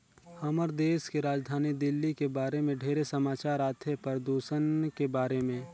हमर देश के राजधानी दिल्ली के बारे मे ढेरे समाचार आथे, परदूषन के बारे में